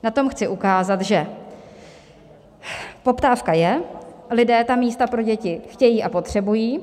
Na tom chci ukázat, že poptávka je a lidé ta místa pro děti chtějí a potřebují.